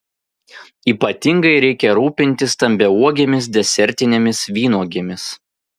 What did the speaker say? ypatingai reikia rūpintis stambiauogėmis desertinėmis vynuogėmis